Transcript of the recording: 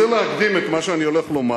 אבל אני רוצה להקדים את מה שאני הולך לומר,